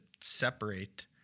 separate